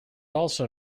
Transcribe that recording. also